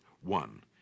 one